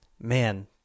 man